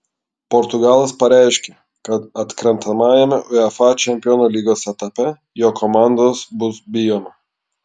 portugalas pareiškė kad atkrentamajame uefa čempionų lygos etape jo komandos bus bijoma